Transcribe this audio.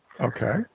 Okay